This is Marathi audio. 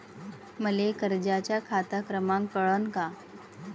मले कर्जाचा खात क्रमांक कळन का?